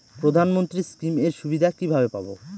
প্রধানমন্ত্রী স্কীম এর সুবিধা কিভাবে পাবো?